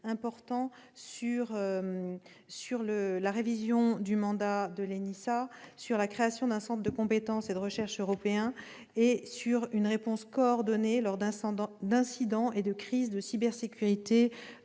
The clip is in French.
importants sur la révision du mandat de l'ENISA, sur la création d'un centre européen de compétences et de recherche et sur l'élaboration d'une réponse coordonnée aux incidents et aux crises de cybersécurité